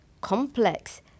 complex